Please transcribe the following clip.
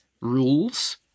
rules